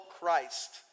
Christ